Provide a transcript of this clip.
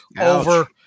over